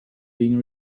being